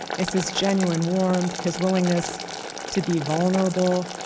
is his genuine warmth, his willingness to be vulnerable,